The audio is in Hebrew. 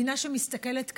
היא מדינה שמסתכלת קדימה,